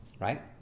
right